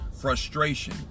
frustration